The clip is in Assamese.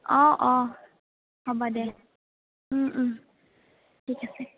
অ অ হ'ব দে ওম ওম ঠিক আছে